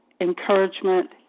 encouragement